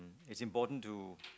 is important to